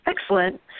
Excellent